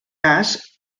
gas